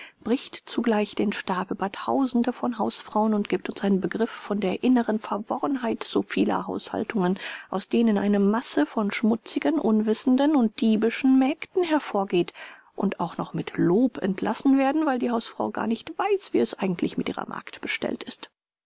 bricht zugleich den stab über tausende von hausfrauen und gibt uns einen begriff von der inneren verworrenheit so vieler haushaltungen aus denen eine masse von schmutzigen unwissenden und diebischen mägden hervorgeht und auch noch mit lob entlassen werden weil die hausfrau gar nicht weiß wie es eigentlich mit ihrer magd bestellt ist